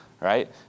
Right